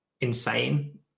insane